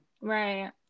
Right